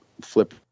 flip